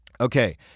Okay